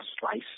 slice